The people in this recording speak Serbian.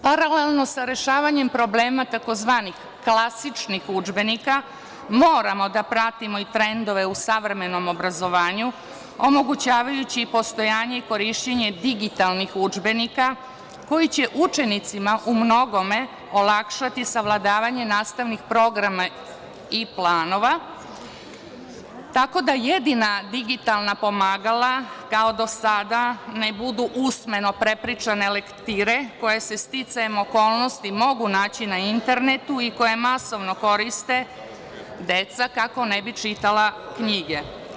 Paralelno sa rešavanjem problema tzv. klasičnih udžbenika, moramo da pratimo i trendove u savremenom obrazovanju, omogućavajući i postojanje i korišćenje digitalnih udžbenika, koji će učenicima u mnogome olakšati savladavanje nastavnih programa i planova, tako da jedina digitalna pomagala, kao do sada, ne budu usmeno prepričane lektire koje se, sticajem okolnosti, mogu naći na internetu i koje masovno koriste deca, kako ne bi čitala knjige.